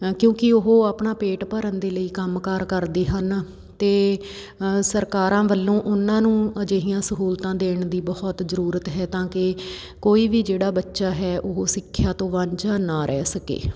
ਕਿਉਂਕਿ ਉਹ ਆਪਣਾ ਪੇਟ ਭਰਨ ਦੇ ਲਈ ਕੰਮ ਕਾਰ ਕਰਦੇ ਹਨ ਅਤੇ ਸਰਕਾਰਾਂ ਵੱਲੋਂ ਉਹਨਾਂ ਨੂੰ ਅਜਿਹੀਆਂ ਸਹੂਲਤਾਂ ਦੇਣ ਦੀ ਬਹੁਤ ਜ਼ਰੂਰਤ ਹੈ ਤਾਂ ਕਿ ਕੋਈ ਵੀ ਜਿਹੜਾ ਬੱਚਾ ਹੈ ਉਹ ਸਿੱਖਿਆ ਤੋਂ ਵਾਝਾਂ ਨਾ ਰਹਿ ਸਕੇ